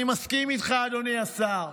אני מסכים איתך, אדוני השר,